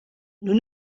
nous